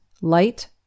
light